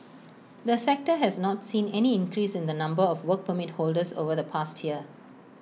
the sector has not seen any increase in the number of Work Permit holders over the past year